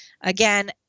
Again